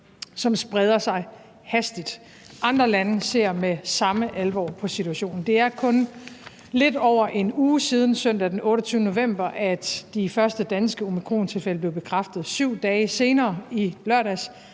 som spreder sig hastigt. Andre lande ser med samme alvor på situationen. Det er kun lidt over en uge siden, nemlig søndag den 28. november, at de første danske omikrontilfælde blev bekræftet. 7 dage senere, i lørdags,